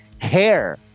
hair